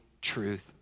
truth